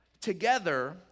together